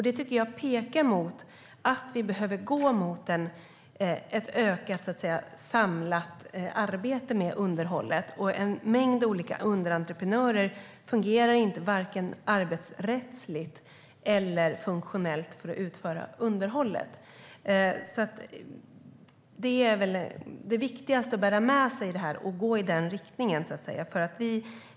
Det tycker jag pekar mot att vi behöver gå mot ett ökat samlat arbete med underhållet. Det fungerar varken arbetsrättsligt eller funktionellt med en mängd olika underentreprenörer som utför underhållet. Det viktigaste att bära med sig i det här är att vi behöver gå i den riktningen.